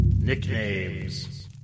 Nicknames